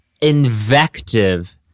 invective